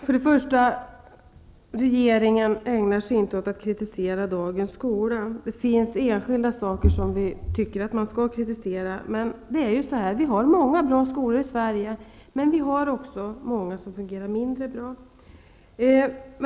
Herr talman! Regeringen ägnar sig inte åt att kritisera dagens skola, men det finns enskilda saker som vi tycker att man skall kritisera. Vi har många bra skolor i Sverige, men vi har också många som fungerar mindre bra.